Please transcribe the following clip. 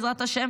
בעזרת השם,